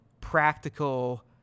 practical